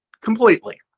completely